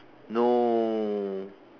no